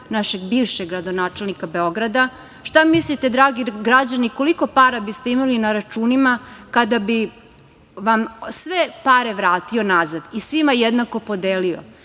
našeg bivšeg gradonačelnika Beograda. Šta mislite, dragi građani, koliko para biste imali na računima kada bi vam sve pare vratio nazad i svima jednako podelio?